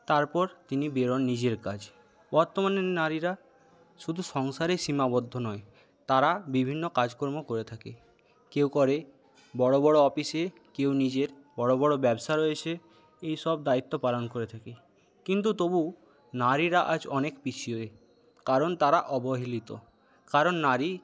তারপর তিনি বেরোন নিজের কাজ বর্তমানে নারীরা শুধু সংসারেই সীমাবদ্ধ নয় তারা বিভিন্ন কাজকর্ম করে থাকে কেউ করে বড়ো বড়ো অফিসে কেউ নিজের বড়ো বড়ো ব্যবসা রয়েছে এইসব দায়িত্ব পালন করে থাকে কিন্তু তবু নারীরা আজ অনেক পিছিয়ে কারণ তারা অবহেলিত কারণ নারী